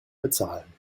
bezahlen